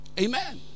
Amen